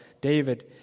David